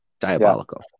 Diabolical